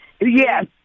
Yes